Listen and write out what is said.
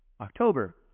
October